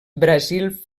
brasil